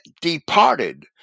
departed